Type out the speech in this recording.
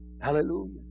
Hallelujah